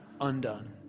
undone